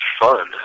fun